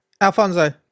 Alfonso